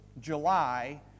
July